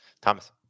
Thomas